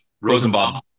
Rosenbaum